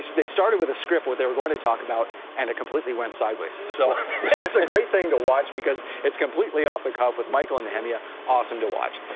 they started with a script what they were going to talk about and it completely went sideways. so it's a great thing to watch because it's completely off the cuff with michael and nehemiah. awesome to watch.